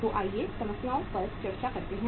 तो आइए समस्याओं पर चर्चा करते हैं